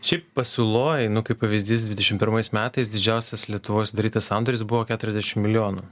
šiaip pasiūloj nu kaip pavyzdys dvidešim pirmais metais didžiausias lietuvoj sudarytas sandoris buvo keturiasdešim milijonų